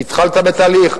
התחלת בתהליך?